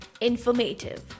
informative